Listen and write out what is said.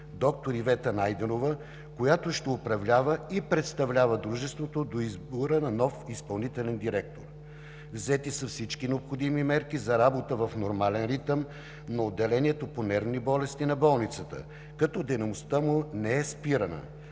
доктор Ивета Найденова, която ще управлява и представлява дружеството до избора на нов изпълнителен директор. Взети са всички необходими мерки за работа на отделението по нервни болести на болницата в нормален ритъм, като дейността му не е спирана.